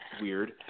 Weird